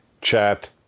Chat